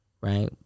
right